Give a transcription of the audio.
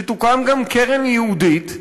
שתוקם גם קרן ייעודית,